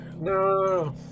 No